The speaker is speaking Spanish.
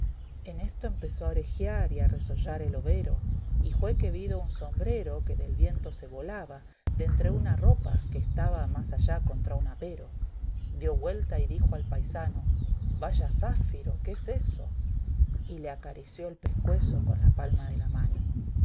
en esto empezó a orejiar y a resollar el overo y jué que vido un sombrero que del viento se volaba de entre una ropa que estaba más allá contra un apero dio güelta y dijo al paisano vaya záfiro qué es eso y le acarició el pescuezo con la palma de la mano